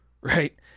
right